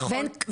נכון.